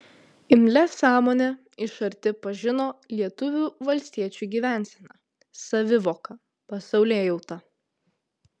imlia sąmone iš arti pažino lietuvių valstiečių gyvenseną savivoką pasaulėjautą